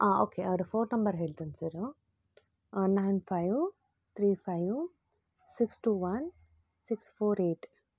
ಹಾಂ ಓಕೆ ಅವ್ರ phone number ಹೇಳ್ತನೆ sir nine five three five six two one six four eight